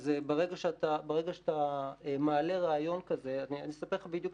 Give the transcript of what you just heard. אז רגע שאתה מעלה רעיון כזה אני אספר לך בדיוק.